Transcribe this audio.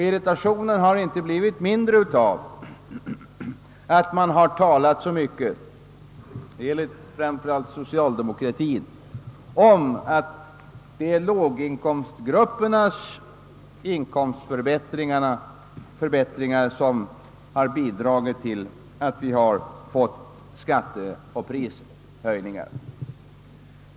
Irritationen har inte blivit mindre av att det talats så mycket om — det gäller framför allt socialdemokraterna — att det är låginkomstgruppernas inkomstförbättringar som har bidragit till att vi har fått skatteoch prishöjningar.